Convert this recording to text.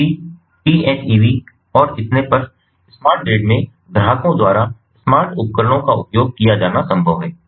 PV PHEV और इतने पर स्मार्ट ग्रिड में ग्राहकों द्वारा स्मार्ट उपकरणों का उपयोग किया जाना संभव है